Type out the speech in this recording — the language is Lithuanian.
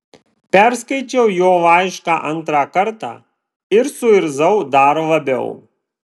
perskaičiau jo laišką antrą kartą ir suirzau dar labiau